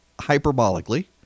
hyperbolically